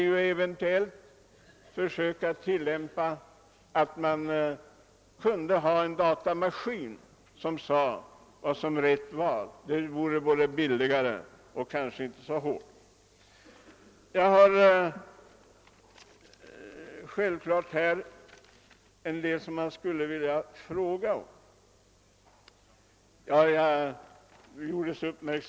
Då vore det bättre att ha en datamaskin som talade om vad rätt var. Det vore både billigare och mindre hårt. Sedan har jag blivit uppmärksammad på en insändare i Norrtelje Tidning.